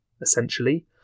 essentially